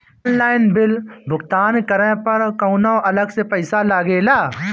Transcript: Online bill भुगतान करे पर कौनो अलग से पईसा लगेला?